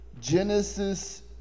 Genesis